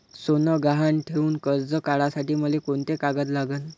सोनं गहान ठेऊन कर्ज काढासाठी मले कोंते कागद लागन?